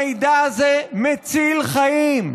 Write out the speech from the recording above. המידע הזה מציל חיים,